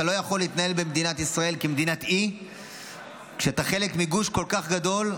אתה לא יכול להתנהל במדינת ישראל כמדינת אי כשאתה חלק מגוש כל כך גדול.